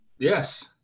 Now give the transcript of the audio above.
Yes